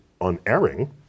unerring